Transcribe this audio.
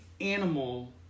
animal